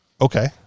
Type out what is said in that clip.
Okay